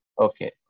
Okay